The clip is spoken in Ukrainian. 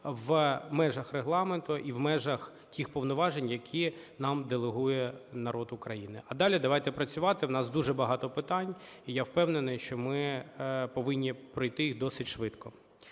в межах Регламенту і в межах тих повноважень, які нам делегує народ України. А далі давайте працювати, в нас дуже багато питань і я впевнений, що ми повинні пройти їх досить швидко.